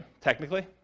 technically